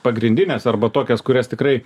pagrindines arba tokias kurias tikrai